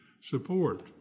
support